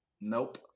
nope